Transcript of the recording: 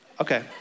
Okay